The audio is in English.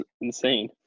insane